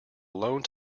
alone